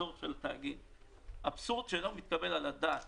הצורך של התאגיד "אבסורד שאינו מתקבל על הדעת